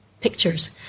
pictures